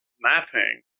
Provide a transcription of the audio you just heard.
mapping